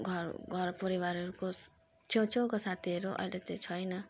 घर घर परिवारहरूको छेउछेउको साथीहरू अहिले त्यो छैन